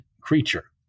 creature